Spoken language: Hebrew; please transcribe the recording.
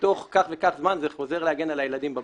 ותוך כך וכך זמן זה חוזר להגן על הילדים בבית.